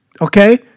Okay